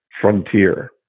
frontier